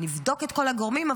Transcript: נבדוק את כל הגורמים,